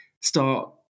start